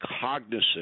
cognizant